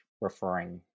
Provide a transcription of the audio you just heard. referring